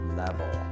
level